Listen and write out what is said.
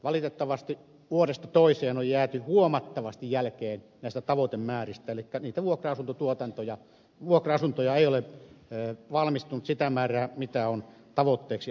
valitettavasti vuodesta toiseen on jääty huomattavasti jälkeen näistä tavoitemääristä elikkä vuokra asuntoja ei ole valmistunut sitä määrää mikä on tavoitteeksi asetettu